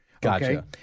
Gotcha